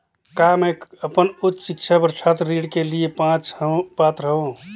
का मैं अपन उच्च शिक्षा बर छात्र ऋण के लिए पात्र हंव?